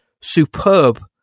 superb